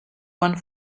one